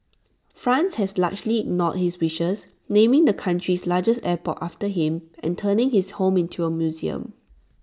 France has largely ignored his wishes naming the country's largest airport after him and turning his home into A museum